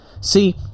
See